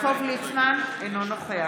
הצבעתי, הצבעתי נגד.